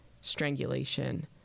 strangulation